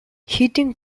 heating